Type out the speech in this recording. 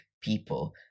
people